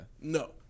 No